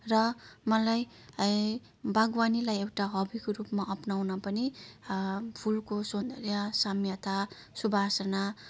र मलाई ए बागवानीलाई एउटा हबीको रूपमा अप्नाउन पनि फुलको सौन्दर्य सौम्यता सुवासना